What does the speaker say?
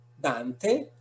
Dante